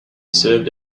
served